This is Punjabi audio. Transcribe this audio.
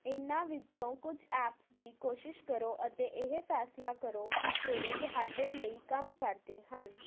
ਇਨ੍ਹਾਂ ਵਿੱਚੋਂ ਕੁਝ ਐਪਸ ਦੀ ਕੋਸ਼ਿਸ਼ ਕਰੋ ਅਤੇ ਇਹ ਫੈਸਲਾ ਕਰੋ ਕਿ ਕਿਹੜੇ ਤੁਹਾਡੇ ਲਈ ਕੰਮ ਕਰਦੇ ਹਨ